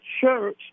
church